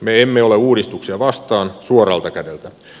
me emme ole uudistuksia vastaan suoralta kädeltä